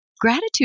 Gratitude